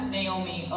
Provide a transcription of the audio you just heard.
Naomi